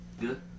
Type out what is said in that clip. Good